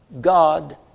God